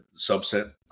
subset